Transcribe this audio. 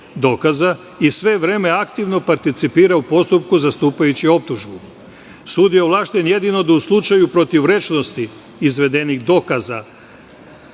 dokaza i sve vreme aktivno participira u postupku za stupajuću optužbu. Sud je ovlašćen jedino da u slučaju protivrečnosti izvedenih dokaza